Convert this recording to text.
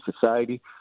society